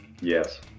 Yes